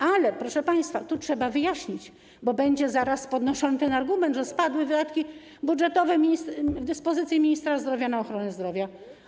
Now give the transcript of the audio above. Ale proszę państwa, to trzeba wyjaśnić, bo zaraz będzie podnoszony ten argument, że spadły wydatki budżetowe do dyspozycji ministra zdrowia na ochronę zdrowia.